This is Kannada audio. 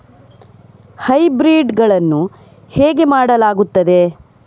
ಹೈಬ್ರಿಡ್ ಗಳನ್ನು ಹೇಗೆ ಮಾಡಲಾಗುತ್ತದೆ?